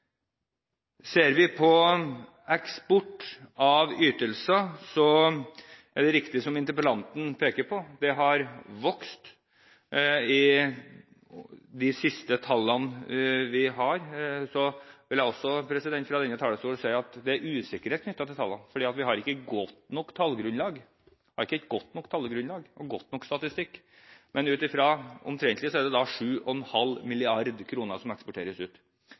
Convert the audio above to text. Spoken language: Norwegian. Ser vi på eksport av ytelser, er det riktig som interpellanten peker på: Den har vokst. De siste tallene vi har – jeg vil fra denne talerstol si at det også er usikkerhet knyttet til tallene, for vi har ikke et godt nok tallgrunnlag og en god nok statistikk – viser at det er omtrent 7,5 mrd. kr som eksporteres ut.